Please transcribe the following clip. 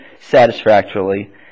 satisfactorily